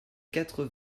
quatre